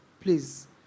please